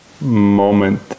moment